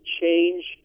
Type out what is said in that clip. change